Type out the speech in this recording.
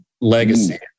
legacy